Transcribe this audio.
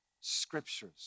scriptures